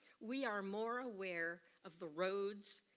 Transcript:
we are more aware of the road,